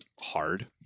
hard